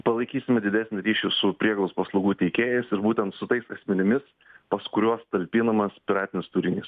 palaikysime didesnį ryšį su prieigos paslaugų teikėjais ir būtent su tais asmenimis pas kuriuos talpinamas piratinis turinys